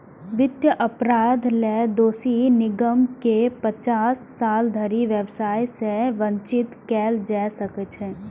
वित्तीय अपराध लेल दोषी निगम कें पचास साल धरि व्यवसाय सं वंचित कैल जा सकै छै